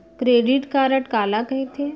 Credit card काला कहिथे?